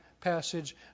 passage